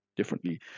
Differently